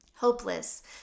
hopeless